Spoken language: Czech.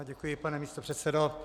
Děkuji, pane místopředsedo.